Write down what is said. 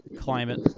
climate